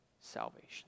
salvation